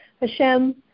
Hashem